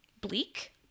bleak